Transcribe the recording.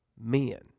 men